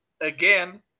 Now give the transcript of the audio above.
again